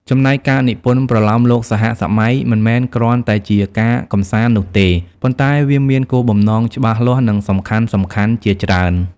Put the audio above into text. ចំំណែកការនិពន្ធប្រលោមលោកសហសម័យមិនមែនគ្រាន់តែជាការកម្សាន្តនោះទេ ប៉ុន្តែវាមានគោលបំណងច្បាស់លាស់ និងសំខាន់ៗជាច្រើន។